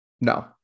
No